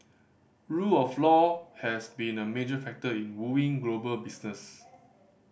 rule of law has been a major factor in wooing global business